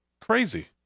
crazy